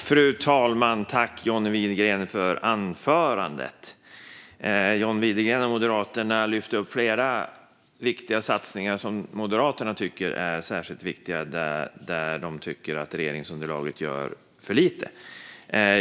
Fru talman! Tack, John Widegren, för anförandet! John Widegren lyfte upp flera satsningar som Moderaterna tycker är särskilt viktiga på områden där de tycker att regeringsunderlaget gör för lite.